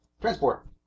Transport